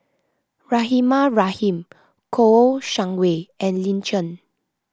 Rahimah Rahim Kouo Shang Wei and Lin Chen